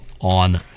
on